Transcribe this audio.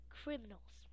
criminals